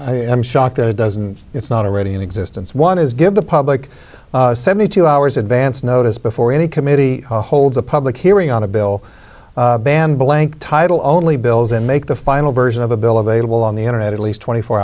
am shocked that it doesn't it's not already in existence one is give the public seventy two hours advance notice before any committee holds a public hearing on a bill banning blank title only bills and make the final version of a bill available on the internet at least twenty four